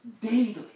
daily